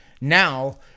Now